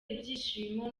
ibyishimo